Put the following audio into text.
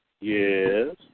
yes